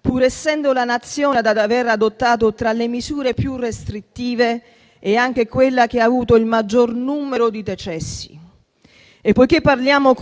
pur essendo la nazione ad aver adottato tra le misure più restrittive, è anche quella che ha avuto il maggior numero di decessi. Colleghi, poiché parliamo